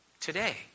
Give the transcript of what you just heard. Today